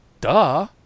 duh